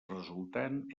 resultant